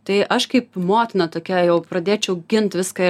tai aš kaip motina tokia jau pradėčiau gint viską